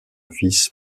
fils